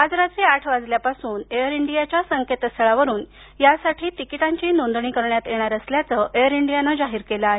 आज रात्री आठ वाजल्यापासून एअर इंडियाच्या संकेतस्थळावरून यासाठी तिकीटांची नोंदणी करता येणार असल्याचं एअर इंडियानं जाहीर केलं आहे